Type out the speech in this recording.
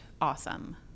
awesome